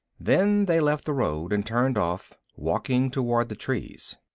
then they left the road and turned off, walking toward the trees.